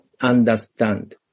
Understand